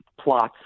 plots